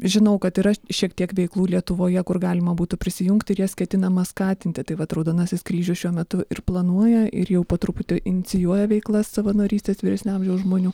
žinau kad yra šiek tiek veiklų lietuvoje kur galima būtų prisijungti ir jas ketinama skatinti tai vat vat raudonasis kryžius šiuo metu ir planuoja ir jau po truputį inicijuoja veiklas savanorystės vyresnio amžiaus žmonių